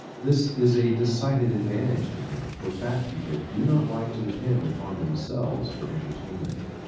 this is a decided advantage to him, for fat people do not like to depend upon themselves for entertainment.